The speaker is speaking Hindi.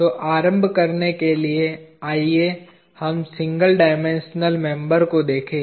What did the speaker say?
तो आरंभ करने के लिए आइए हम सिंगल डायमेंशनल मेंबर को देखें